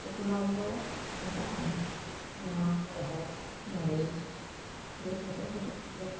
ᱟᱛᱳ ᱴᱚᱞᱟ ᱨᱮᱫᱚ ᱱᱮᱛᱟᱨ ᱦᱚᱸ ᱚᱱᱟ ᱨᱮᱦᱮᱫ ᱱᱟᱹᱲᱤ ᱨᱤᱫᱠᱟᱛᱮ ᱠᱚᱴᱮᱡ ᱠᱟᱛᱮ